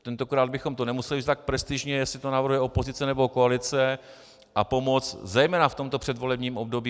Tentokrát bychom to nemuseli tak prestižně, jestli to navrhuje opozice, nebo koalice, a pomoct zejména v tomto předvolebním období.